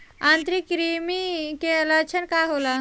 आंतरिक कृमि के लक्षण का होला?